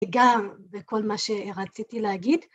גם בכל מה שרציתי להגיד.